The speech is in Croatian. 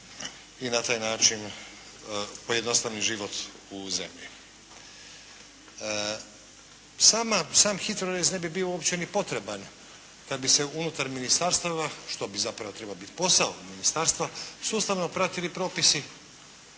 i na taj način pojednostavni život u zemlji. Sam HITRORez ne bi bio uopće ni potreban kad bi se unutar ministarstava što bi zapravo trebao biti posao ministarstva, sustavno pratili propisi